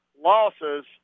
losses